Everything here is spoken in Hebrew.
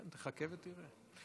כן, תחכה ותראה.